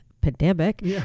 pandemic